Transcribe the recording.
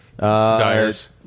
Dyers